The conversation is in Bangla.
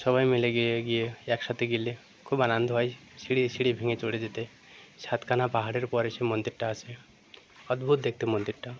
সবাই মিলে গিয়ে গিয়ে একসাথে গেলে খুব আনন্দ হয় সিঁড়ি সিঁড়ি ভেঙে চড়ে যেতে সাতখানা পাহাড়ের পরে সে মন্দিরটা আসে অদ্ভুত দেখতে মন্দিরটা